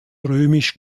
römisch